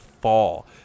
fall